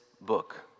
book